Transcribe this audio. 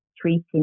treating